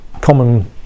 common